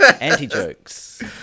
Anti-jokes